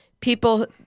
People